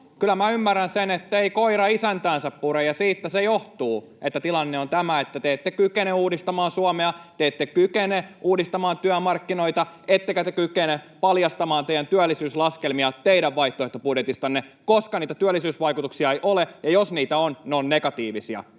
Kyllä minä ymmärrän sen, ettei koira isäntäänsä pure, ja siitä se johtuu, että tilanne on tämä, että te ette kykene uudistamaan Suomea, te ette kykene uudistamaan työmarkkinoita ettekä te kykene paljastamaan teidän työllisyyslaskelmianne teidän vaihtoehtobudjetistanne, koska niitä työllisyysvaikutuksia ei ole, ja jos niitä on, ne ovat negatiivisia.